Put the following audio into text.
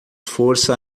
força